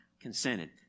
consented